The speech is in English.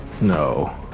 No